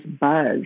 buzz